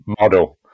model